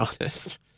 honest